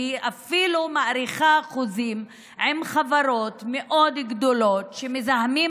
והיא אפילו מאריכה חוזים עם חברות מאוד גדולות שמזהמות